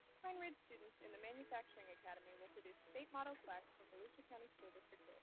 pine ridge students in the manufacturing academy will produce state motto plaques for volusia county school district